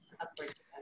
upwards